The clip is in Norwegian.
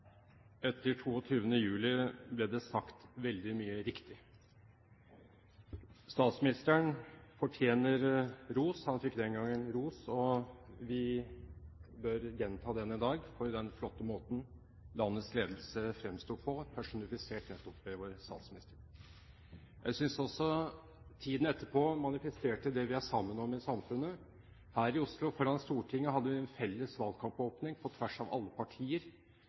vi bør gjenta den i dag – for den flotte måten landets ledelse fremsto på, personifisert nettopp ved vår statsminister. Jeg synes også tiden etterpå manifesterte det vi er sammen om i samfunnet. Her i Oslo, foran Stortinget, hadde vi en felles valgkampåpning på tvers av alle partier.